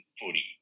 footy